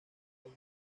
como